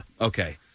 Okay